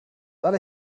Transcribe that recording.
alle